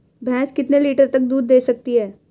भैंस कितने लीटर तक दूध दे सकती है?